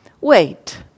wait